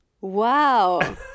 Wow